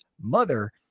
mother